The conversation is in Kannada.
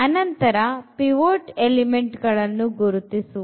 ಅನಂತರ ಪಿವೊಟ್ ಎಲಿಮೆಂಟ್ ಗಳನ್ನೂ ಗುರುತಿಸುವುದು